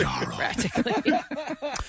Practically